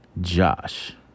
Josh